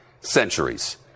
centuries